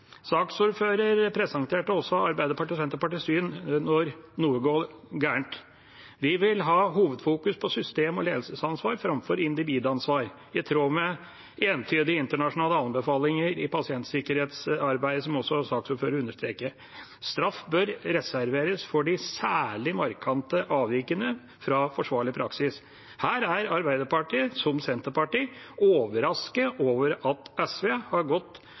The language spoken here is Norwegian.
presenterte også Arbeiderpartiet og Senterpartiets syn når noe går galt. Vi vil ha hovedfokus på system- og ledelsesansvar framfor individansvar, i tråd med entydige internasjonale anbefalinger i pasientsikkerhetsarbeid, noe også saksordføreren understreket. Straff bør reserveres for de særlig markante avvikene fra forsvarlig praksis. Her er Arbeiderpartiet, som Senterpartiet, overrasket over at SV har